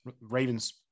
ravens